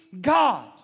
God